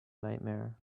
nightmare